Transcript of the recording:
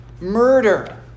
Murder